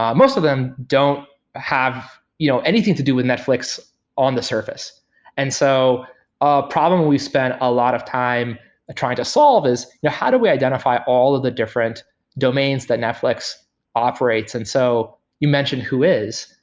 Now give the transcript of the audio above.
um most of them don't have you know anything to do with netflix on the surface and so a problem we spend a lot of time trying to solve is yeah how do we identify all of the different domains that netflix operates? and so you mentioned who is.